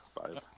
Five